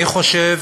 אני חושב